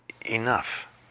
enough